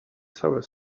całe